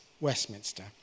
Westminster